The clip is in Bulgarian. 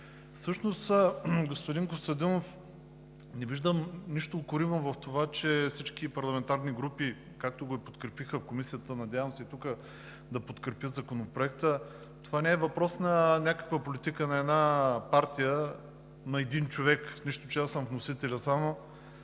2020 г. Господин Костадинов, не виждам нищо укоримо в това, че всички парламентарни групи, както го и подкрепиха в Комисията, надявам се и тук да подкрепят Законопроекта, това не е въпрос на някаква политика на една партия, на един човек, нищо че аз съм само вносителят.